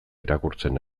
irakurtzen